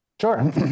Sure